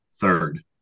third